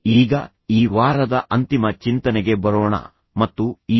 ಈಗ ಈ ವಾರದ ಅಂತಿಮ ಚಿಂತನೆಗೆ ಬರೋಣ ಮತ್ತು ನಂತರ ಒಂದು ರೀತಿಯ ಮುಖ್ಯ ಚಿಂತನೆಗೆ ಬರೋಣ